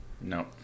No